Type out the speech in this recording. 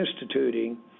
instituting